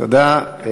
תודה.